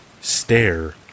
Stare